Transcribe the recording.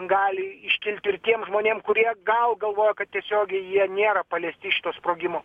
gali iškilti ir tiem žmonėm kurie gal galvojo kad tiesiogiai jie nėra paliesti šito sprogimo